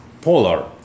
polar